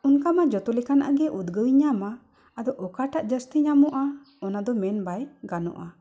ᱚᱱᱠᱟ ᱢᱟ ᱡᱷᱚᱛᱚ ᱞᱮᱠᱟᱱᱟᱜ ᱜᱮ ᱩᱫᱽᱜᱟᱹᱣ ᱤᱧ ᱧᱟᱢᱟ ᱟᱫᱚ ᱚᱠᱟᱴᱟᱜ ᱡᱟᱹᱥᱛᱤ ᱧᱟᱢᱚᱜᱼᱟ ᱚᱱᱟ ᱫᱚ ᱢᱮᱱ ᱵᱟᱭ ᱜᱟᱱᱚᱜᱼᱟ